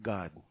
God